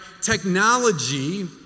Technology